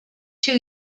too